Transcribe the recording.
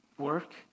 work